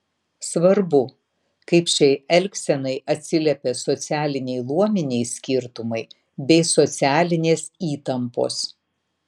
svarbu kaip šiai elgsenai atsiliepė socialiniai luominiai skirtumai bei socialinės įtampos